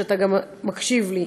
שאתה גם מקשיב לי,